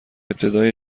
ابتدای